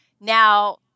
Now